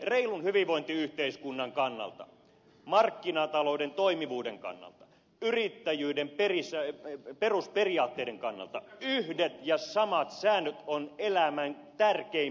reilun hyvinvointiyhteiskunnan kannalta markkinatalouden toimivuuden kannalta yrittäjyyden perusperiaatteiden kannalta yhdet ja samat säännöt on elämän tärkein periaate